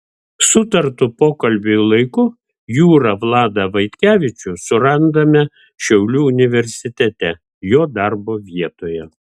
sutartu pokalbiui laiku jūrą vladą vaitkevičių surandame šiaulių universitete jo darbo vietoje